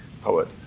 poet